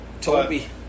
Toby